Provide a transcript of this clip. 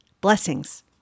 Blessings